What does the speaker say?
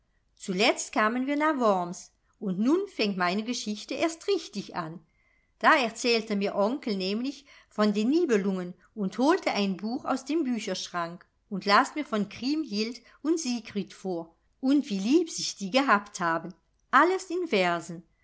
zuletzt kamen wir nach worms und nun fängt meine geschichte erst richtig an da erzählte mir onkel nämlich von den nibelungen und holte ein buch aus dem bücherschrank und las mir von kriemhild und siegfried vor und wie lieb sich die gehabt haben alles in versen